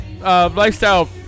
lifestyle